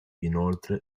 inoltre